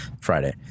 Friday